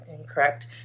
incorrect